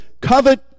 covet